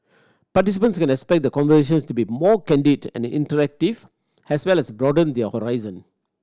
participants can expect the conversations to be more candid and interactive as well as broaden their horizons